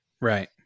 Right